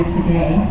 today